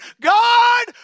God